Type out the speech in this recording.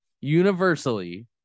universally